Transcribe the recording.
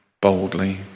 boldly